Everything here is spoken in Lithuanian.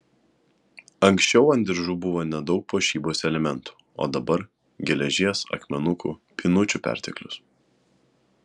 anksčiau ant diržų buvo nedaug puošybos elementų o dabar geležies akmenukų pynučių perteklius